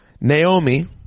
Naomi